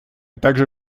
также